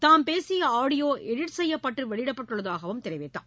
தாம் பேசியஆடியோளடிட் செய்யப்பட்டுவெளியிடப்பட்டுள்ளதாகவும் தெரிவித்தார்